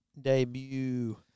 debut